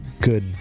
good